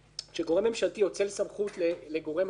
כשגורם ממשלתי אוצל סמכות לגורם אחר,